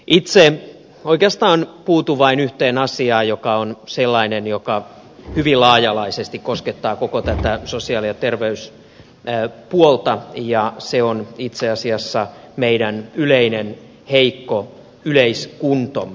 itse oikeastaan puutun vain yhteen asiaan joka on sellainen joka hyvin laaja alaisesti koskettaa koko tätä sosiaali ja terveyspuolta ja se on itse asiassa meidän yleinen heikko yleiskuntomme